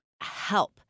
help